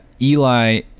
Eli